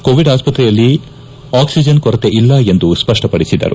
Covid ಆಸ್ಪತ್ರೆಯಲ್ಲಿ oxygen ಕೊರತೆ ಇಲ್ಲ ಎಂದು ಸ್ಪಷ್ಟಪದಿಸಿದರು